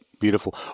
Beautiful